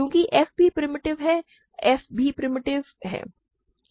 चूँकि f भी primitive है f भी प्रिमिटिव है ठीक है